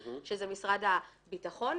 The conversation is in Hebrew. שהם משרד הביטחון,